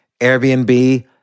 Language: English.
Airbnb